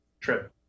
trip